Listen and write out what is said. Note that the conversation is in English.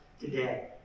today